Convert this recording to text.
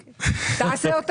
לבחירות.